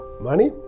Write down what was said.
money